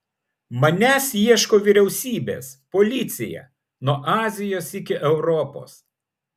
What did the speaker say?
manęs ieško vyriausybės policija nuo azijos iki europos